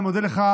אני מודה לך,